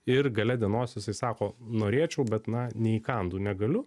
ir gale dienos jisai sako norėčiau bet na neįkandu negaliu